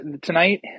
Tonight –